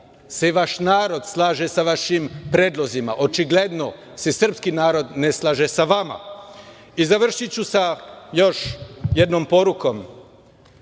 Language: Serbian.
se vaš narod slaže sa vašim predlozima. Očigledno se srpski narod ne slaže sa vama.I završiću sa još jednom porukom.